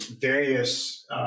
various